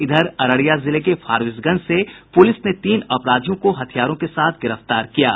इधर अररिया जिले के फारबिसगंज से पूलिस ने तीन अपराधियों को हथियारों के साथ गिरफ्तार किया है